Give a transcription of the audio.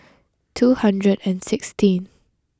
two hundred and sixteen